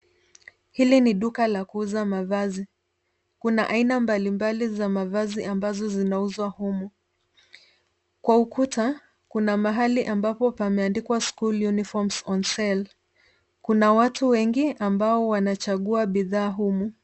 Hili ni duka la kuuza mavazi. Kuna aina mbali mbali za mavazi ambazo zinauzwa humu. Kwa ukuta, kuna mahali ambapo pameandikwa school uniforms on sale . Kuna watu wengi ambao wanachagua bidhaa humu.